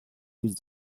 with